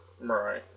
Right